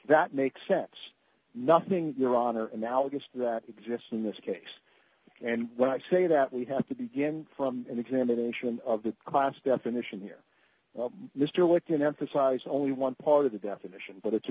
that makes sense nothing your honor analogous to that exists in this case and when i say that we have to begin from an examination of the class definition here mr witt can emphasize only one part of the definition but it's a